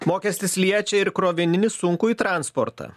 mokestis liečia ir krovininį sunkųjį transportą